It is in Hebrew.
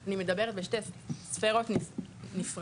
אני מדברת בשתי ספירות נפרדות.